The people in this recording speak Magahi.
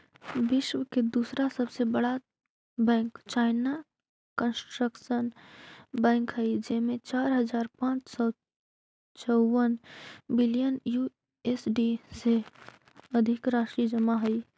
विश्व के दूसरा सबसे बड़ा बैंक चाइना कंस्ट्रक्शन बैंक हइ जेमें चार हज़ार पाँच सौ चउवन बिलियन यू.एस.डी से अधिक राशि जमा हइ